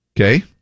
Okay